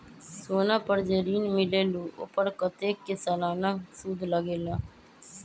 सोना पर जे ऋन मिलेलु ओपर कतेक के सालाना सुद लगेल?